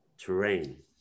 terrain